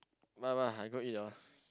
bye bye I go eat [liao]